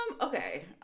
okay